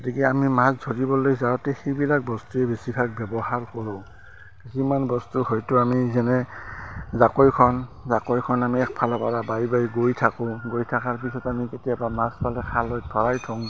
গতিকে আমি মাছ ধৰিবলৈ যাওঁতে সেইবিলাক বস্তুৱেই বেছিভাগ ব্যৱহাৰ কৰোঁ কিছুমান বস্তু হয়তো আমি যেনে জাকৈখন জাকৈখন আমি একফালৰপৰা বাই বাই গৈ থাকোঁ গৈ থাকাৰ পিছত আমি কেতিয়াবা মাছ পালে খালৈত ভৰাই থওঁ